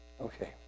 Okay